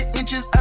inches